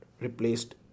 replaced